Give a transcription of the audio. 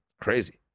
Crazy